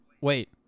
Wait